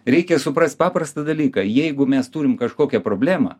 reikia suprast paprastą dalyką jeigu mes turim kažkokią problemą